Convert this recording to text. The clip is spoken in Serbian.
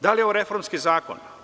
Da li je ovo reformski zakon?